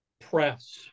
press